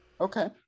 Okay